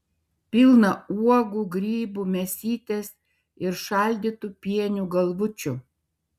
pilną uogų grybų mėsytės ir šaldytų pienių galvučių